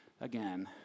again